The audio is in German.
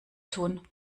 tun